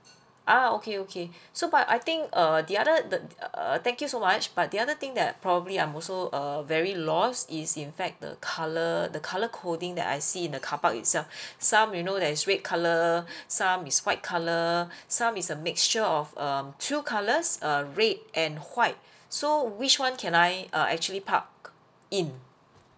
ah okay okay so but I think uh the other the err thank you so much but the other thing that probably I'm also uh very lost is in fact the colour the colour coding that I see in the car park itself some you know there's red colour some is white colour some is a mixture of um two colours uh red and white so which one can I uh actually park in